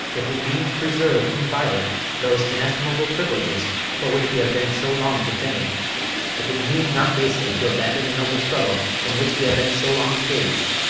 if we mean to preserve inviolate those inestimable privileges for which we have been so long contending if we mean not basely to abandon the noble struggle in which we have been so long engaged,